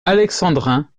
alexandrin